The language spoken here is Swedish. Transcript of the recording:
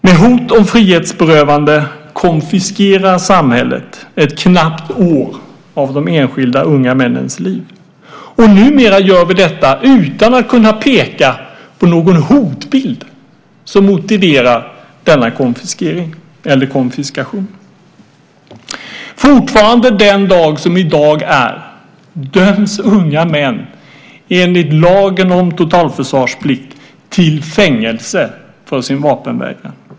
Med hot om frihetsberövande konfiskerar samhället ett knappt år av de enskilda unga männens liv, och numera gör vi detta utan att kunna peka på någon hotbild som motiverar denna konfiskation. Fortfarande, den dag som i dag är, döms unga män enligt lagen om totalförsvarsplikt till fängelse för sin vapenvägran.